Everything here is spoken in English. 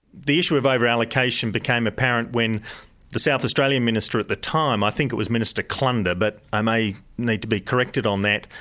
the issue of over-allocation became apparent when the south australian minister at the time, i think it was minister klunder, but i may need to be corrected on that,